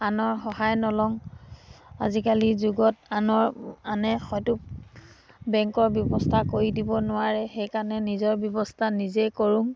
আনৰ সহায় নলওঁ আজিকালি যুগত আনৰ আনে হয়টো বেংকৰ ব্যৱস্থা কৰি দিব নোৱাৰে সেইকাৰণে নিজৰ ব্যৱস্থা নিজেই কৰোঁ